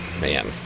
Man